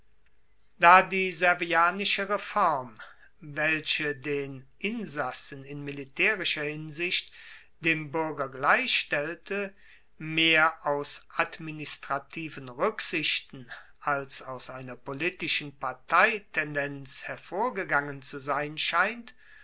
da die servianische reform welche den insassen in militaerischer hinsicht dem buerger gleichstellte mehr aus administrativen ruecksichten als aus einer politischen parteitendenz hervorgegangen zu sein scheint